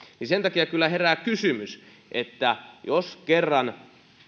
sen takia herää kysymys että jos kerran